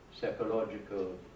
psychological